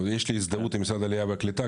יש לי הזדהות עם משרד העלייה והקליטה,